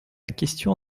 question